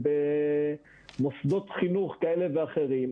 במוסדות חינוך כאלה ואחרים,